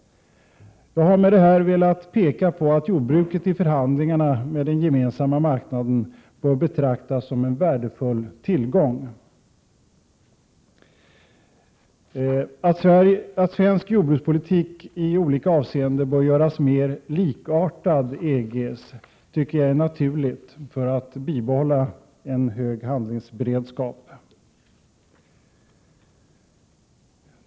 Jag har med detta velat peka på att jordbruket i förhandlingar med den gemensamma marknaden bör betraktas som en värdefull tillgång. Att svensk jordbrukspolitik bör i olika avseenden göras mer likartad med EG:s för att vi skall kunna bibehålla hög handlingsberedskap tycker jag är naturligt.